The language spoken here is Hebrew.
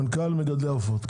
מזכ"ל ארגון מגדלי העופות.